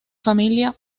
familia